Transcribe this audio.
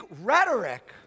rhetoric